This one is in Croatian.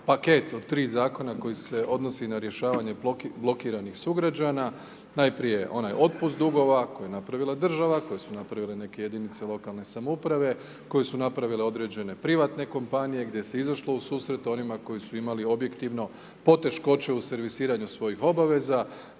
paket od 3 Zakona koji se odnosi na rješavanje blokiranih sugrađana, najprije onaj otpust dugova koje je napravila država, koje su napravili neke jedinice lokalne samouprave, koje su napravile određene privatne kompanije, gdje se izašlo u susret onima koji su imali objektivno poteškoće u servisiranju svojih obveza.